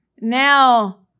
Now